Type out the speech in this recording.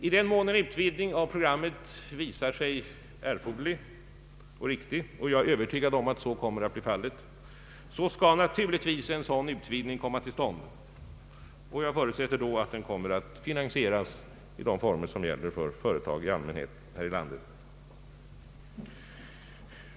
I den mån en utvidgning av programmet visar sig erforderlig och riktig — och jag är övertygad om att så kommer att bli fallet — bör naturligtvis en utvidgning komma till stånd. Jag förutsätter då att den finansieras i de former som gäller för företag i allmänhet här i landet.